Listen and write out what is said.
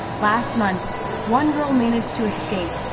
last month one girl managed to escape, ah